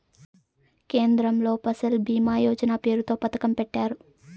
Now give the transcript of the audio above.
కేంద్రంలో ఫసల్ భీమా యోజన పేరుతో పథకం పెట్టారు